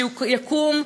ויקום,